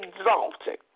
exalted